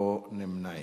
(התפטרות בשל התנדבות לשנת שירות),